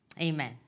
Amen